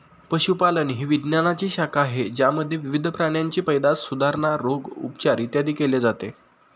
पशुपालन ही विज्ञानाची शाखा आहे ज्यामध्ये विविध प्राण्यांची पैदास, सुधारणा, रोग, उपचार, इत्यादी केले जाते